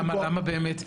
למה באמת?